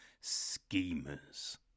Schemers